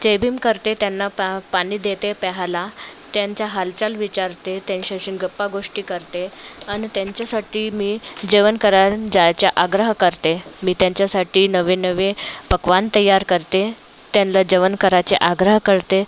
जयभीम करते त्यांना पा पाणी देते प्याहाला त्यांच्या हालचाल विचारते त्यांच्याशीन गप्पागोष्टी करते आणि त्यांच्यासाठी मी जेवण करायन जायच्या आग्रह करते मी त्यांच्यासाठी नवे नवे पक्वान तयार करते त्यांला जेवण कराचे आग्रह करते